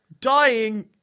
dying